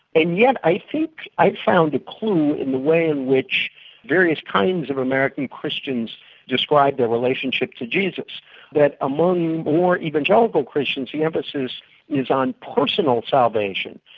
and yet i think i've found a clue in the way in which various kinds of american christians describe their relationship to jesus that among more evangelical christians the yeah emphasis is on personal salvation.